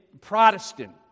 Protestant